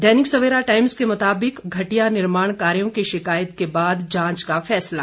दैनिक Savera Times के मुताबिक घटिया निर्माण कार्यो की शिकायत के बाद जांच का फैसला